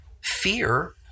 Fear